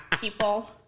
people